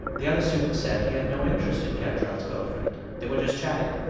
the other student said he had no interest in cantrell's girlfriend. they were just chatting.